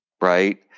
Right